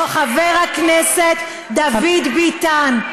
חבר הכנסת דוד ביטן,